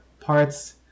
parts